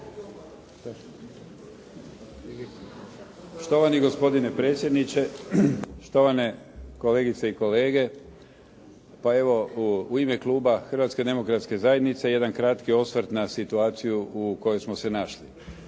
Štovani gospodine predsjedniče. Štovane kolegice i kolege. Pa evo u ime kluba Hrvatske demokratske zajednice jedan kratki osvrt na situaciju u kojoj smo se našli,